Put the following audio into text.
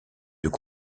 deux